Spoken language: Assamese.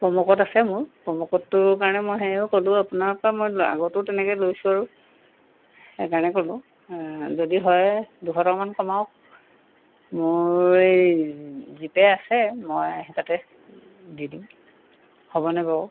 প্ৰ'ম' ক'ড আছে মোৰ প্ৰ'ম' ক'ডটোৰ কাৰণে মই সেয়েও ক'লো আপোনাৰ পৰা মই আগতো তেনেকৈ লৈছোঁ আৰু সেইকাৰণে ক'লো যদি হয় দুশ টকামান কমাওক মোৰ এই জিপে' আছে মই তাতে দি দিম হ'বনে বাৰু